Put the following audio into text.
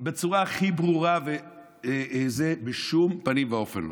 בצורה הכי ברורה, בשום פנים ואופן לא.